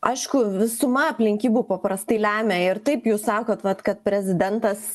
aišku visuma aplinkybių paprastai lemia ir taip jūs sakot vat kad prezidentas